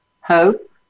hope